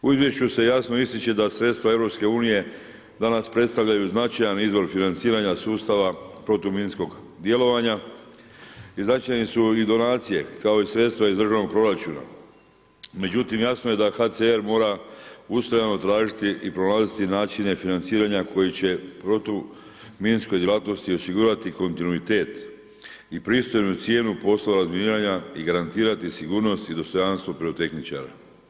U izvješću se jasno ističe da sredstva EU danas predstavljaju značajan izvor financiranja sustava protuminskog djelovanja i značajne su i donacije, kao i sredstva iz državnog proračuna, međutim jasno je da HCR mora ustrajno tražiti i pronalaziti načine financiranja koji će protuminskoj djelatnosti osigurati kontinuitet i pristojnu cijenu poslova razminiranja i garantirati sigurnost i dostojanstvo pirotehničara.